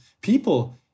people